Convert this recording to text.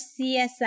CSI